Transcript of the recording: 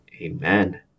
Amen